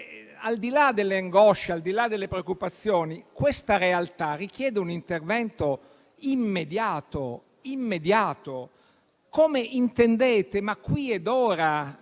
al di là delle angosce e delle preoccupazioni, questa realtà richiede un intervento immediato. Come intendete, qui ed ora,